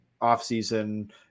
offseason